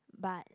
but